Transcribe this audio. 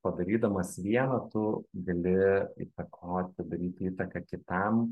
padarydamas vieną tu gali įtakoti daryti įtaką kitam